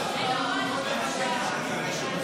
להעביר לוועדה את הצעת חוק שוברים